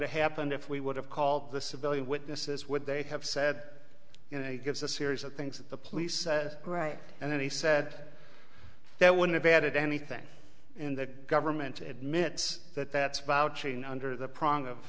have happened if we would have called the civilian witnesses would they have said you know he gives a series of things that the police right and then he said that would have added anything in the government admits that that's vouching under the promise of